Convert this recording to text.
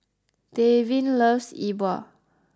Davin loves E bua